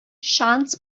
şans